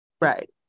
Right